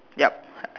yup